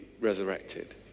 resurrected